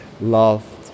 love